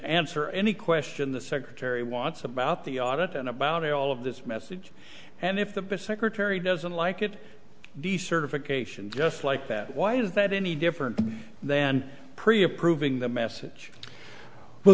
answer any question the secretary wants about the audit and about all of this message and if the bit secretary doesn't like it decertification just like that why is that any different then pretty approving the message well